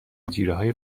جیرههای